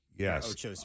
Yes